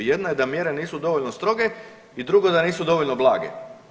Jedna je da mjere nisu dovoljno stroge i drugo da nisu dovoljno blage.